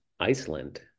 Iceland